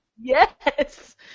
Yes